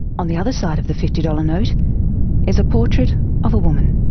on the other side of the fifty dollars note is a portrait of a woman.